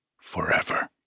forever